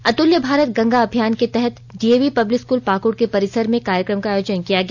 अतुल्य भारत गंगा अभियान के तहत डीएवी पब्लिक स्कूल पाकड़ के परिसर में कार्यक्रम का आयोजन किया गया